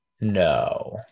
No